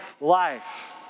life